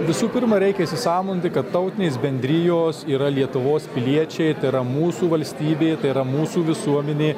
visų pirma reikia įsisąmoninti kad tautinės bendrijos yra lietuvos piliečiai tai yra mūsų valstybė tai yra mūsų visuomenė